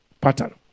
pattern